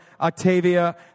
Octavia